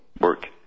work